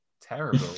terrible